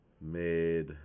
made